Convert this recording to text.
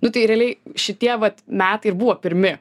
nu tai realiai šitie vat metai ir buvo pirmi